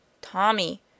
tommy